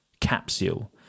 capsule